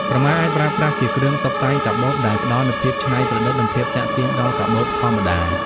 ក្រមាអាចប្រើប្រាស់ ជាគ្រឿងតុបតែងកាបូប ដែលផ្តល់នូវភាពច្នៃប្រឌិត និងភាពទាក់ទាញដល់កាបូបធម្មតា។